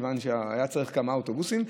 מכיוון שהיה צריך כמה אוטובוסים,